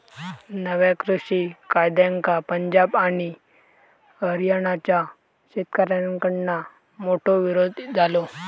नव्या कृषि कायद्यांका पंजाब आणि हरयाणाच्या शेतकऱ्याकडना मोठो विरोध झालो